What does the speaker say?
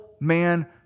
man